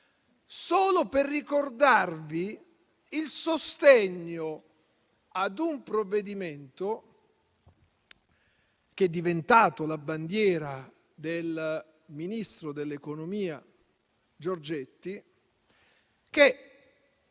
solo per ricordarvi il sostegno ad un provvedimento che è diventato la bandiera del ministro dell'economia Giorgetti, il